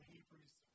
Hebrews